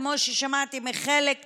כמו ששמעתי מחלק מהאנשים,